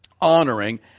honoring